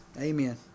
Amen